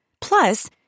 Plus